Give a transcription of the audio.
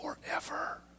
forever